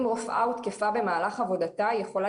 אם רופאה הותקפה במהלך עבודתה היא יכולה